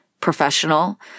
professional